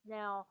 now